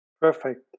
Perfect